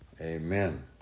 Amen